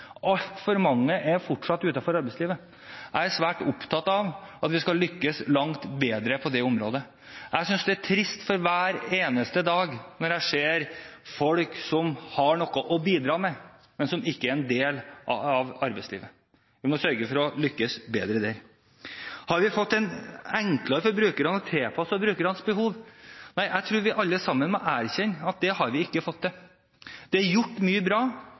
Altfor mange er fortsatt utenfor arbeidslivet. Jeg er svært opptatt av at vi skal lykkes langt bedre på dette området. Jeg synes det er trist hver eneste dag jeg ser folk som har noe å bidra med, men som ikke er en del av arbeidslivet. Vi må sørge for å lykkes bedre her. Har vi gjort det enklere for brukerne og tilpasset tjenestene etter brukernes behov? Nei, jeg tror vi alle må erkjenne at det har vi ikke fått til. Det er gjort mye bra,